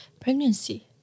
pregnancy